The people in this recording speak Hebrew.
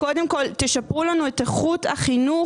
קודם כל תשפרו לנו את איכות החינוך,